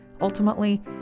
Ultimately